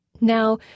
Now